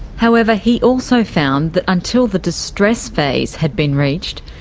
however, he also found that until the distress phase had been reached,